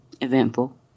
eventful